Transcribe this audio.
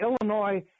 Illinois